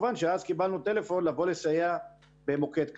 וכמובן שאז קיבלנו טלפון לבוא לסייע במוקד כזה.